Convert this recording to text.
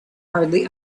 hardly